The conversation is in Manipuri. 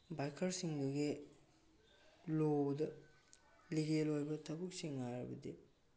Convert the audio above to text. ꯕꯥꯏꯀꯔ ꯁꯤꯡꯗꯨꯒꯤ ꯂꯣꯗ ꯂꯤꯒꯦꯜ ꯑꯣꯏꯕ ꯊꯕꯛꯁꯤꯡ ꯍꯥꯏꯔꯕꯗꯤ